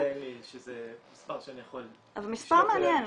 את זה אין לי מספר שאני יכול --- אבל זה מספר מעניין,